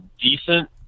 decent